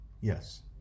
Yes